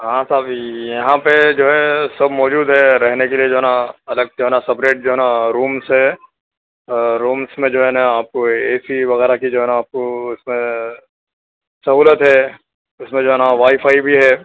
ہاں صاحب یہاں پہ جو ہے سب موجود ہے رہنے کے لیے جو ہے نا الگ جو ہے نا سیپریٹ جو ہے نا رومس ہے رومس میں جو ہے نا آپ کو اے سی وغیرہ کی جو ہے نا آپ کو اِس میں سہولت ہے اِس میں جو ہے نا وائی فائی بھی ہے